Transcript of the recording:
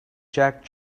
jack